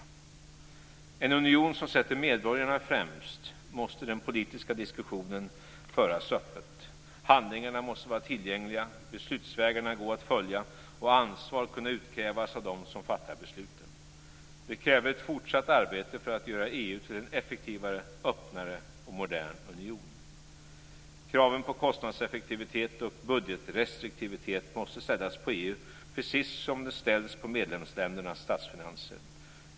I en union som sätter medborgarna främst måste den politiska diskussionen föras öppet. Handlingarna måste vara tillgängliga, beslutsvägarna gå att följa och ansvar kunna utkrävas av dem som fattar besluten. Det kräver ett fortsatt arbete för att göra EU till en effektivare, öppnare och modern union. Kraven på kostnadseffektivitet och budgetrestriktivitet måste ställas på EU precis som de ställs på medlemsländernas statsfinanser.